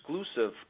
exclusive